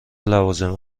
لوازم